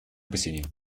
опасения